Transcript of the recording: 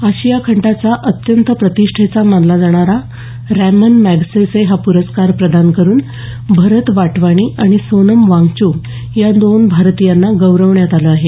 आशिया खंडाचा अत्यंत प्रतिष्ठेचा मानला जाणारा रॅमन मॅगसेसे हा प्रस्कार प्रदान करून भरत वाटवाणी आणि सोनम वांगचुक या दोन भारतीयांना गौरवण्यात आलं आहे